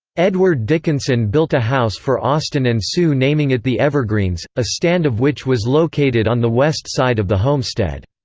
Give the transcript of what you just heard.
edward dickinson built a house for austin and sue naming it the evergreens, a stand of which was located on the west side of the homestead.